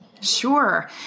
sure